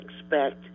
expect